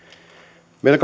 meillä